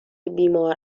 بیمار